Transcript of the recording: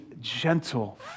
gentle